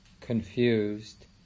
confused